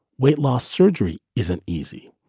weight loss surgery isn't easy,